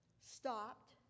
stopped